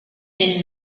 del